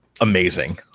amazing